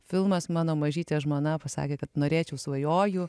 filmas mano mažytė žmona pasakė kad norėčiau svajoju